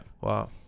Wow